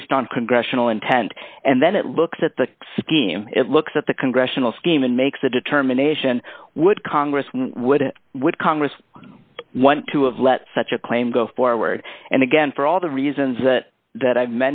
based on congressional intent and then it looks at the scheme it looks at the congressional scheme and makes a determination would congress would it would congress want to of let such a claim go forward and again for all the reasons that that i